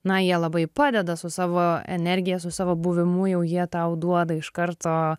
na jie labai padeda su savo energija su savo buvimu jau jie tau duoda iš karto